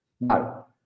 No